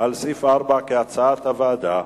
על סעיף 4 כהצעת הוועדה.